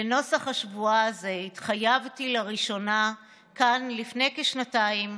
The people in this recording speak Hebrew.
לנוסח השבועה הזה התחייבתי לראשונה כאן לפני כשנתיים,